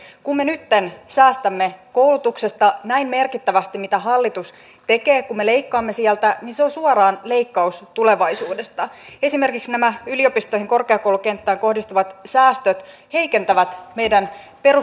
kun me nyt säästämme koulutuksesta näin merkittävästi kuin mitä hallitus tekee kun me leikkaamme sieltä niin se on suoraan leikkaus tulevaisuudesta esimerkiksi nämä yliopistoihin korkeakoulukenttään kohdistuvat säästöt heikentävät meidän